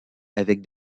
avec